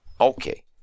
Okay